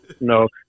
No